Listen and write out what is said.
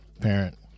parent